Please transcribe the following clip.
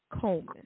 Coleman